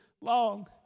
long